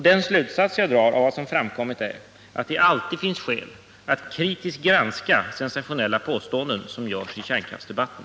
Den slutsats jag drar av vad som framkommit är att det alltid finns skäl att kritiskt granska sensationella påståenden som görs i kärnkraftsdebatten.